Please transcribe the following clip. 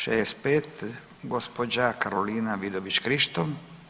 65 gospođa Karolina Vidović Krišto.